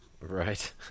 Right